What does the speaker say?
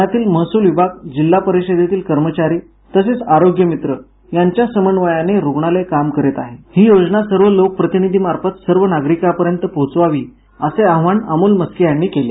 पुण्यातील महसूल विभाग जिल्हा परिषदेतील कर्मचारी तसेच आरोग्य मित्र यांच्या समन्वयाने रुग्णालय काम करत आहेत ही योजना सर्व लोकप्रतिनिधींमार्फत सर्व नागरिकांपर्यत पोहोचवावी असे आवाहन अमोल म्हस्के यांनी केले